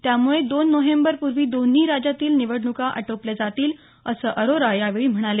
त्यामुळे दोन नोव्हेंबरपूर्वी दोन्ही राज्यातील निवडणुका आटोपल्या जातील असं अरोरा यावेळी म्हणाले